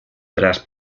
tras